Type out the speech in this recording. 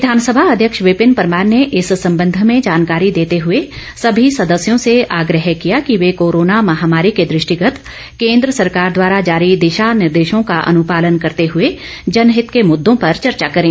विधानसभा अध्यक्ष विपिन परमार ने इस संबंध में जानकारी देते हुए समी सदस्यों से आग्रह किया कि वे कोरोना महामारी के दृष्टिगत केन्द्र सरकार द्वारा जारी दिशा निर्देशों का अनुपालन करते हए जनहित के मुद्दों पर चर्चा करें